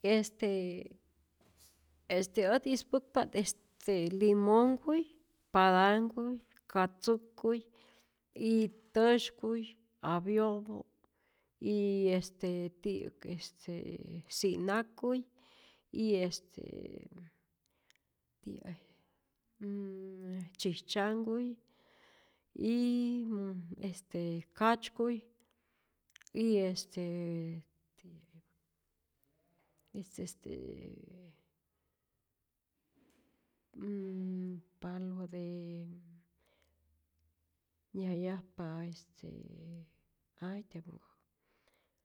Este este ät ispäkpa't este limonhkuy, patanhkuy, katzukuy, y täsykuy, apyopä', y este ti'yä'k este si'nakuy, y este ti' tzyijtzyankuy, y este katzykuy y este este este palo de nyäjayajpa este hay.